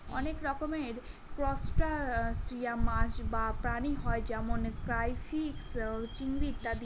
অনেক রকমের ত্রুসটাসিয়ান মাছ বা প্রাণী হয় যেমন ক্রাইফিষ, চিংড়ি ইত্যাদি